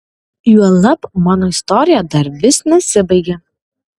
juolab mano istorija dar vis nesibaigė